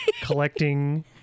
collecting